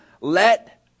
let